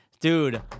dude